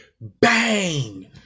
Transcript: Bang